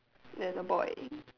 there's a boy